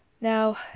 Now